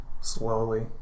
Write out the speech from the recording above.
slowly